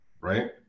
right